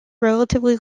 relatively